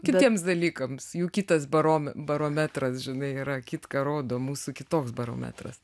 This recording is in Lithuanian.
kitiems dalykams jų kitas baro barometras žinai yra kitką rodo mūsų kitoks barometras